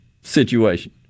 situation